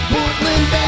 Portland